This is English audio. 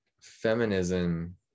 feminism